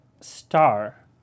Star